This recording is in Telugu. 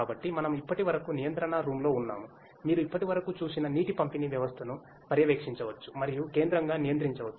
కాబట్టి మనము ఇప్పటివరకు నియంత్రణ రూమ్లో ఉన్నాము మీరు ఇప్పటివరకు చూసిన నీటి పంపిణీ వ్యవస్థను పర్యవేక్షించవచ్చు మరియు కేంద్రంగా నియంత్రించవచ్చు